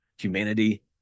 Humanity